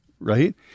Right